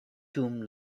dum